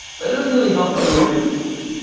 that doesn't really help everyone in between,